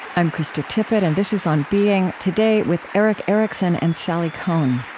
i'm krista tippett and this is on being. today, with erick erickson and sally kohn